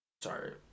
Sorry